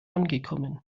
angekommen